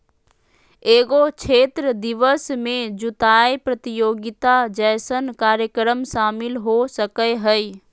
एगो क्षेत्र दिवस में जुताय प्रतियोगिता जैसन कार्यक्रम शामिल हो सकय हइ